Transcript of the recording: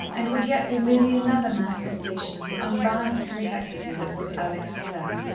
and would yet be merely another manifestation of the unbalanced complexity that was alex clare.